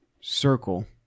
circle